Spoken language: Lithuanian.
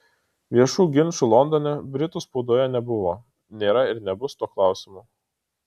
viešų ginčų londone britų spaudoje nebuvo nėra ir nebus tuo klausimu